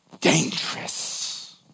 dangerous